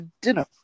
dinner